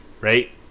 right